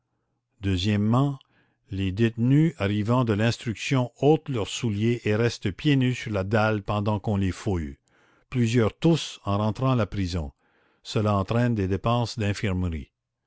deuxièmement les détenus arrivant de l'instruction ôtent leurs souliers et restent pieds nus sur la dalle pendant qu'on les fouille plusieurs toussent en rentrant à la prison cela entraîne des dépenses d'infirmerie